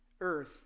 earth